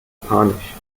panisch